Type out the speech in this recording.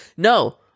No